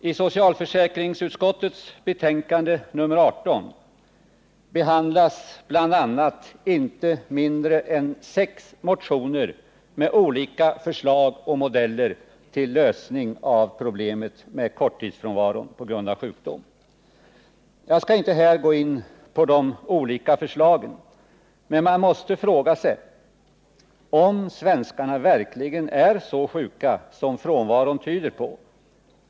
I socialförsäkringsutskottets betänkande nr 18 behandlas inte mindre än sex motioner med olika förslag och modeller till lösningar av problemet med korttidsfrånvaron på grund av sjukdom. Jag skall inte här gå in på de olika förslagen. Men man måste fråga sig om svenskarna verkligen är så sjuka som frånvaron tyder på.